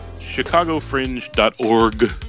ChicagoFringe.org